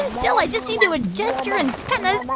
still. i just need to adjust your antennas.